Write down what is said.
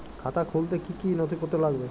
খাতা খুলতে কি কি নথিপত্র লাগবে?